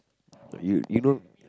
you you know